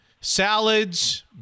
salads